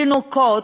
תינוקות,